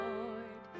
Lord